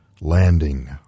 landing